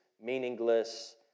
meaningless